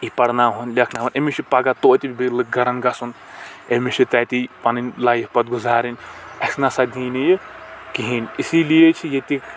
یہِ پرناوٕہون لیٚکھناوٕہون أمِس چھ پگاہ تویتہِ بیٚیہِ لکہٕ گرن گژھُن أمِس چھ تتی پنٔنۍ لایف پتہٕ گُزارٕنۍ اَسہِ نسا دِیہِ نہٕ یہِ کہیٖن اسی لیے چھ ییٚتِکۍ